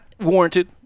warranted